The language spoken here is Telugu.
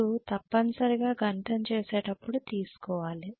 మీరు తప్పనిసరిగా గణితం చేసేటప్పుడు తీసుకోవాలి